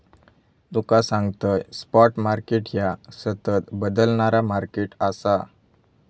तुका सांगतंय, spot market ह्या सतत बदलणारा मार्केट आसा